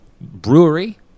brewery